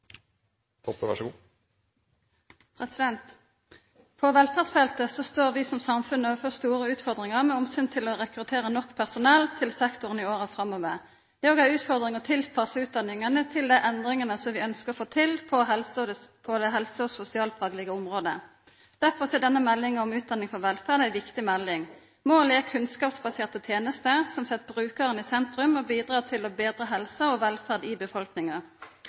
På velferdsfeltet står vi som samfunn overfor store utfordringar med omsyn til å rekruttera nok personell til sektoren i åra framover. Det er òg ei utfordring å tilpassa utdanningane til dei endringane vi ønskjer å få til på det helse- og sosialfaglege området. Derfor er denne meldinga om utdanning for velferd ei viktig melding. Målet er kunnskapsbaserte tenester som set brukaren i sentrum og bidreg til betre helse og velferd i befolkninga.